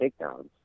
takedowns